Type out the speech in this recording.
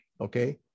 okay